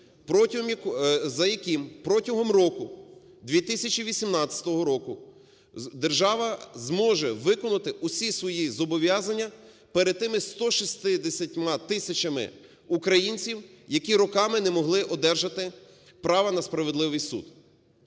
за яким протягом року – 2018 року – держава зможе виконати всі свої зобов'язання перед тими 160 тисячами українців, які роками не могли одержати права на справедливий суд.